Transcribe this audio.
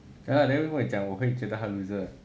!huh! then 为什么你讲我会觉得他 loser